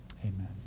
amen